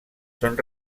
són